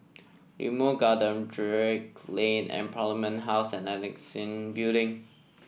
Limau Garden Drake Lane and Parliament House and Annexe Building